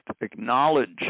acknowledge